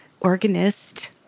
organist